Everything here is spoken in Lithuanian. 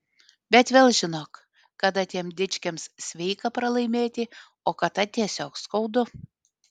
bet vėl žinok kada tiems dičkiams sveika pralaimėti o kada tiesiog skaudu